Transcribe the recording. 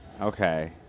Okay